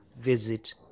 visit